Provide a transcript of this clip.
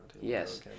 Yes